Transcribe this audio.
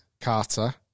Carter